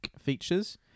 features